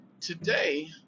today